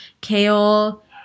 kale